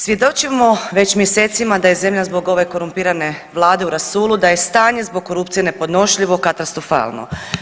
Svjedočimo već mjesecima da je zemlja zbog ove korumpirane Vlade u rasulu, da je stanje zbog korupcije nepodnošljivo, katastrofalno.